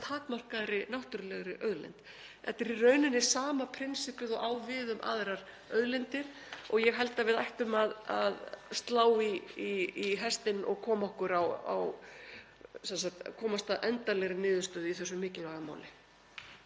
takmarkaðri náttúrulegri auðlind. Þetta er í rauninni sama prinsippið og á við um aðrar auðlindir. (Forseti hringir.) Ég held að við ættum að slá í hestinn og komast að endanlegri niðurstöðu í þessu mikilvæga máli.